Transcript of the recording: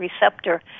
receptor